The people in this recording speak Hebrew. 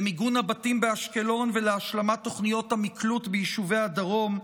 במיגון הבתים באשקלון ובהשלמות תוכניות המקלוט ביישובי הדרום,